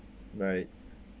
right